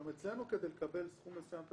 גם אצלנו כדי לקבל סכום מסוים אתה